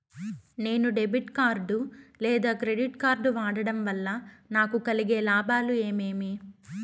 నేను debit card లేదా credit card వాడడం వల్ల నాకు కలిగే లాభాలు ఏమేమీ?